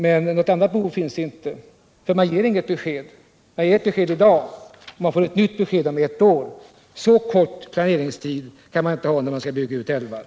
Men något annat behov finns inte, för man ger inget riktigt besked. Man ger ett besked i dag, och vi får ett nytt besked om ett år. Så kort planeringstid kan man inte ha när man skall bygga ut älvar.